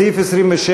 בסעיף 26,